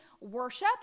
worship